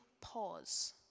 pause